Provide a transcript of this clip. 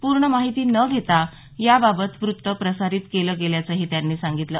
पूर्ण माहिती न घेता याबाबत वृत्त प्रसारीत केलं गेल्याचंही त्यांनी सांगितलं